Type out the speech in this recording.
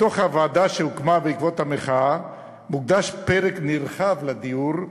בדוח הוועדה שהוקמה בעקבות המחאה מוקדש פרק נרחב לדיור,